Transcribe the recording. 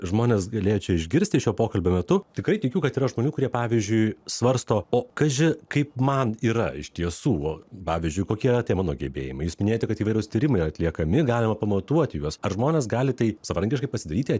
žmonės galėjo čia išgirsti šio pokalbio metu tikrai tikiu kad yra žmonių kurie pavyzdžiui svarsto o kaži kaip man yra iš tiesų pavyzdžiui kokie yra tie mano gebėjimai jūs minėjote kad įvairūs tyrimai yra atliekami galima pamatuoti juos ar žmonės gali tai savarankiškai pasidaryti